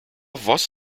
voß